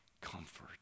comfort